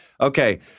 Okay